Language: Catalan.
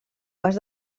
pas